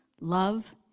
love